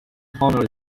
honour